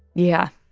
yeah,